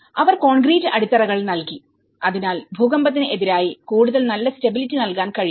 അവർ concrete അടിത്തറകൾ നൽകി അതിനാൽ ഭൂകമ്പത്തിന് എതിരായി കൂടുതൽ നല്ല സ്റ്റബിലിറ്റി നൽകാൻ കഴിയും